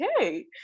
okay